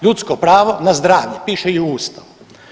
Ljudsko pravo na zdravlje, piše i u Ustavu.